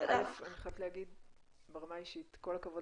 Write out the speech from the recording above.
אני חייבת להגיד ברמה האישית כל הכבוד